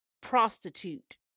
prostitute